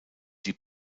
die